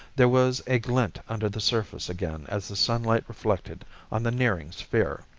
there was a glint under the surface again as the sunlight reflected on the nearing sphere.